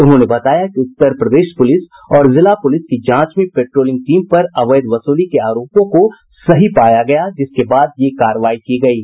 उन्होंने बताया कि उत्तर प्रदेश पुलिस और जिला पुलिस की जांच में पेट्रोलिंग टीम पर अवैध वसूली के आरोपों को सही पाया गया जिसके बाद ये कार्रवाई की गयी